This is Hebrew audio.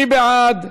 מי בעד?